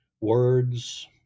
words